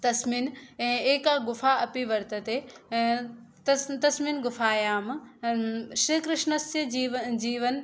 तस्मिन् एका गुहा अपि वर्तते तस्मिन् गुहायां श्रीकृष्णस्य जीव जीवन